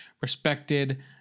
respected